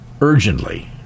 urgently